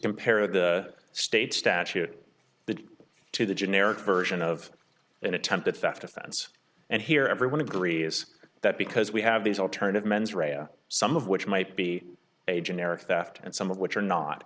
compare the state statute that to the generic version of an attempted theft offense and here everyone agrees that because we have these alternative mens rea some of which might be a generic theft and some of which are not